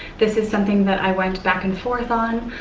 this is something that i went back and forth on,